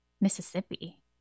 Mississippi